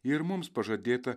ir mums pažadėta